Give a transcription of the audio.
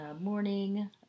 morning